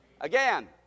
Again